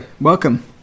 Welcome